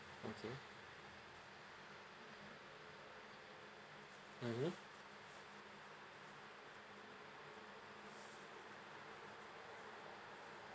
okay mmhmm